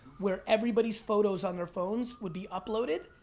where everybody's photos on their phones would be uploaded.